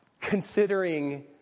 considering